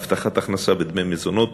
הבטחת הכנסה ודמי מזונות